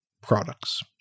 products